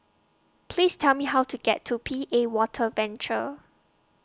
Please Tell Me How to get to P A Water Venture